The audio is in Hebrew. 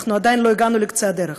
עדיין לא הגענו לקצה הדרך.